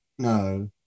No